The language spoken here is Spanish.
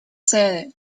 sede